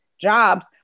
jobs